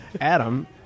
Adam